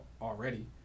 already